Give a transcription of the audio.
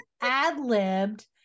ad-libbed